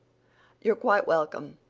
you're quite welcome.